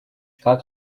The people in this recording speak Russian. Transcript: как